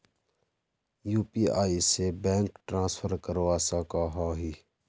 UPI से bank transfer करवा सकोहो ही?